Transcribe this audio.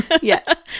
Yes